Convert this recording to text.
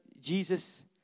Jesus